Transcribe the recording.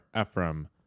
Ephraim